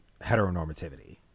heteronormativity